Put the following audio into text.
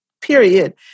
period